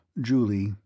Julie